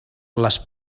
les